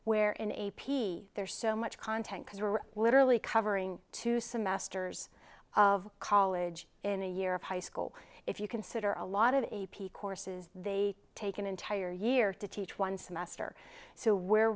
where in a p there's so much content because we're literally covering two semesters of college in a year of high school if you consider a lot of a p courses they take an entire year to teach one semester so we're